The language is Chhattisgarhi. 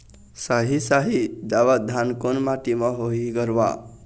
साही शाही दावत धान कोन माटी म होही गरवा?